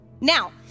Now